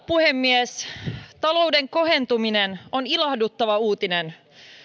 puhemies talouden kohentuminen on ilahduttava uutinen